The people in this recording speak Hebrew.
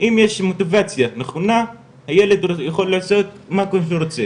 אם יש מוטיבציה נכונה הילד יכול לעשות כל מה שהוא רוצה,